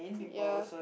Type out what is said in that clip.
ya